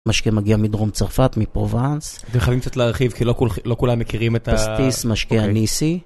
משקה מגיע מדרום צרפת מפרובאנס. אתם יכולים קצת להרחיב כי לא כולם מכירים את ה... פסטיס, משקה אניסי.